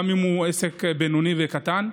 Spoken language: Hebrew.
גם אם הוא עסק בינוני וקטן,